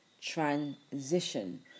transition